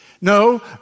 No